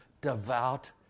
devout